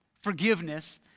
forgiveness